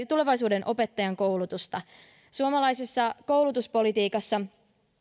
tulevaisuuden opettajankoulutusta suomalaisessa koulutuspolitiikassa